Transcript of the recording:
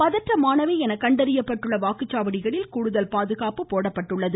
பதற்றமானவை என கண்டறியப்பட்டுள்ள வாக்குச்சாவடிகளில் கூடுதல் பாதுகாப்பு போடப்பட்டுள்ளது